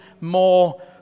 more